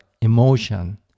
emotion